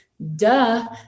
Duh